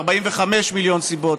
ו-45 מיליון סיבות,